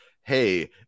Hey